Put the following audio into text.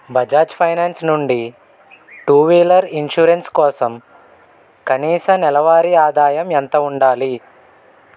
Bajaj finance నుండి two wheeler insurance కోసం కనీస నెలవారి ఆదాయం ఎంత ఉండాలి